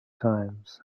times